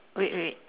wait wait wait